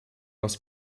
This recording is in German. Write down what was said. aus